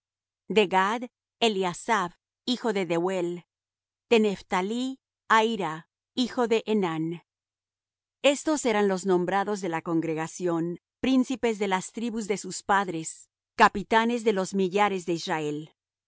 de gad eliasaph hijo de dehuel de nephtalí ahira hijo de enán estos eran los nombrados de la congregación príncipes de las tribus de sus padres capitanes de los millares de israel